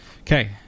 Okay